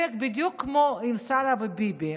זה בדיוק כמו עם שרה וביבי,